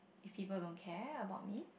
if people don't care about me